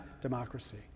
democracy